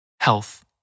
Health